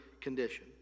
condition